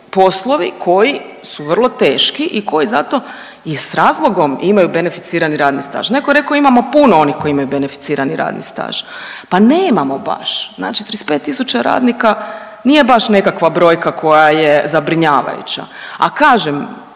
poslovi koji su vrlo teški i koji zato i s razlogom imaju beneficirani radni staž. Netko je rekao imamo puno onih koji imaju beneficirani radni staž, pa nemamo baš. Znači 35 tisuća radnika nije baš nekakva brojka koja je zabrinjavajuća, a kažem